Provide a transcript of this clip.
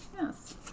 Yes